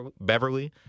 Beverly